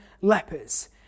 lepers